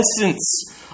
essence